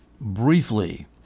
briefly